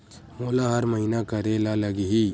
मोला हर महीना करे ल लगही?